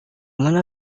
mana